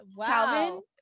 Calvin